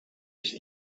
ich